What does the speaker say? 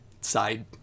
side